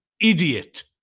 idiot